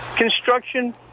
Construction